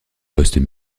postes